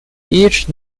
each